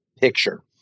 picture